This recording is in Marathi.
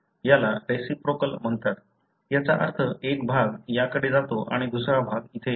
याला रेसिप्रोकेल म्हणतात याचा अर्थ एक भाग याकडे जातो आणि दुसरा भाग इथे येतो